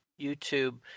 YouTube